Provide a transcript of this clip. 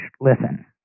listen